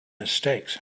mistakes